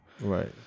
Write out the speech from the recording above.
Right